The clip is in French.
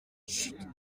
chut